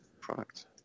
product